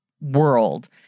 world